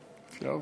אפשר?